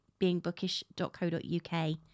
beingbookish.co.uk